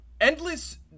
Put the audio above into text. endless